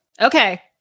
Okay